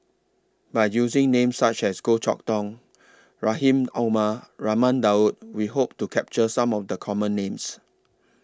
By using Names such as Goh Chok Tong Rahim Omar Raman Daud We Hope to capture Some of The Common Names